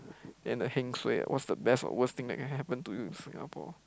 then the heng suay what's the best or worst thing that can happen to you in Singapore